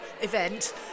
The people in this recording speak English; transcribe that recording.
event